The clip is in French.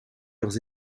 leurs